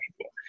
people